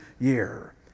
year